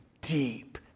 deep